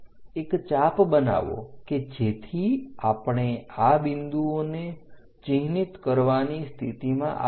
એક ચાપ બનાવો કે જેથી આપણે આ બિન્દુઓને ચિહ્નિત કરવાની સ્થિતિમાં આવીએ